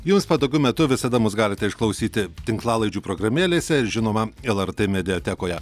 jums patogiu metu visada mus galite išklausyti tinklalaidžių programėlėse ir žinoma lrt mediatekoje